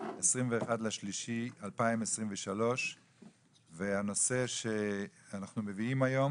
21 במרץ 2023. הנושא שאנחנו מביאים היום